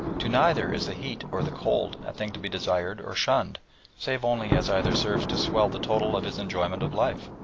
to neither is the heat or the cold a thing to be desired or shunned save only as either serves to swell the total of his enjoyment of life.